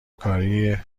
کاری